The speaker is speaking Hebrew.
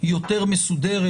יותר מסודרת.